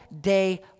day